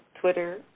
Twitter